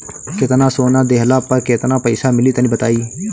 केतना सोना देहला पर केतना पईसा मिली तनि बताई?